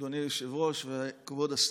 אדוני היושב-ראש, כבוד השר,